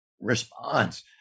response